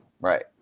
Right